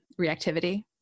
reactivity